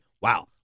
Wow